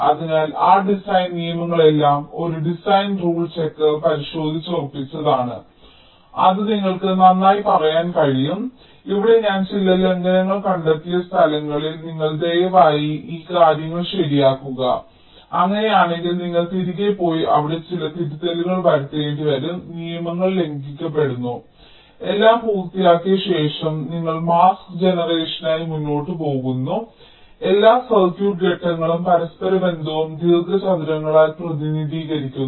അതിനാൽ ആ ഡിസൈൻ നിയമങ്ങളെല്ലാം ഒരു ഡിസൈൻ റൂൾ ചെക്കർ പരിശോധിച്ചുറപ്പിച്ചതാണ് അത് നിങ്ങൾക്ക് നന്നായി പറയാൻ കഴിയും ഇവിടെ ഞാൻ ചില ലംഘനങ്ങൾ കണ്ടെത്തിയ സ്ഥലങ്ങളിൽ നിങ്ങൾ ദയവായി ഈ കാര്യങ്ങൾ ശരിയാക്കുക അങ്ങനെയാണെങ്കിൽ നിങ്ങൾക്ക് തിരികെ പോയി അവിടെ ചില തിരുത്തലുകൾ വരുത്തേണ്ടിവരും നിയമങ്ങൾ ലംഘിക്കപ്പെടുന്നു എല്ലാം പൂർത്തിയാക്കിയ ശേഷം നിങ്ങൾ മാസ്ക് ജനറേഷനായി മുന്നോട്ട് പോകുന്നു അതിനാൽ എല്ലാ സർക്യൂട്ട് ഘടകങ്ങളും പരസ്പരബന്ധവും ദീർഘചതുരങ്ങളാൽ പ്രതിനിധീകരിക്കുന്നു